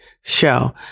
Show